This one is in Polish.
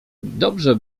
dobrze